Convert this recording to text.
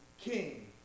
king